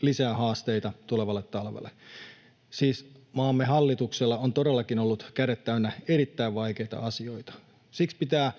lisää haasteita tulevalle talvelle. Siis maamme hallituksella on todellakin ollut kädet täynnä erittäin vaikeita asioita. Siksi pitää